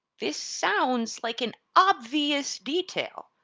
this sounds like an obvious detail,